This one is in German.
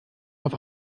auf